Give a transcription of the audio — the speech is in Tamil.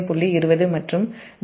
20 மற்றும் j0